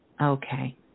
Okay